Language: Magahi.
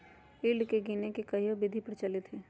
यील्ड के गीनेए के कयहो विधि प्रचलित हइ